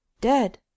Dead